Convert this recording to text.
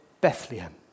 Bethlehem